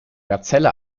gazelle